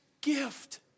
gift